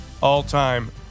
all-time